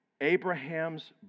Abraham's